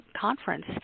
conference